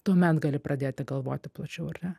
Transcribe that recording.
tuomet gali pradėti galvoti plačiau ar ne